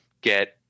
get